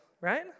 right